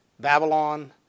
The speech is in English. Babylon